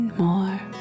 more